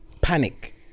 panic